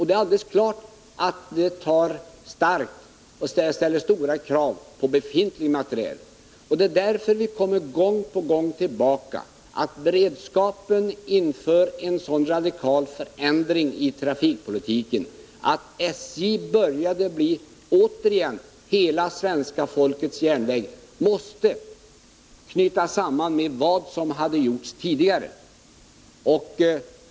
Det är alldeles klart att det ställer stora krav på befintlig materiel. Det är därför vi gång på gång kommer tillbaka till att beredskapen inför en sådan radikal förändring av trafikpolitiken, att SJ återigen började bli hela svenska folkets järnväg, måste knytas samman med vad som hade gjorts tidigare.